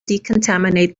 decontaminate